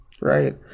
Right